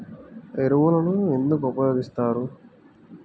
ఎరువులను ఎందుకు ఉపయోగిస్తారు?